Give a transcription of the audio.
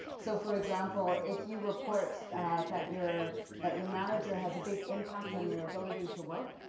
so for example, if you report that your that your manager has a big impact on your ability to work,